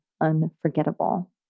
unforgettable